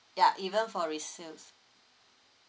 yeah even for resales